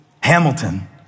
Hamilton